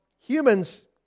humans